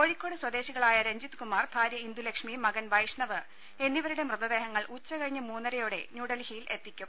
കോഴിക്കോട് സ്വദേശികളായ രഞ്ജിത്ത്കുമാർ ഭാര്യ ഇന്ദുലക്ഷ്മി മകൻ വൈഷ്ണവ് എന്നിവരുടെ മൃതദേഹങ്ങൾ ഉച്ച കഴിഞ്ഞ് മൂന്നരയോടെ ന്യൂഡൽഹിയിൽ എത്തിക്കും